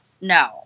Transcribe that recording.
No